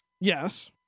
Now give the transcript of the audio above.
Yes